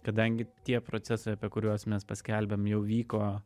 kadangi tie procesai apie kuriuos mes paskelbėm jau vyko